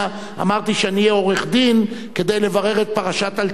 אמרתי שאני אהיה עורך-דין כדי לברר את פרשת "אלטלנה".